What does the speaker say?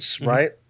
right